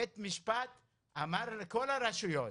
בית משפט אמר לכל הרשויות,